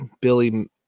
Billy